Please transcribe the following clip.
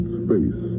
space